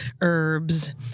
herbs